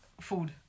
Food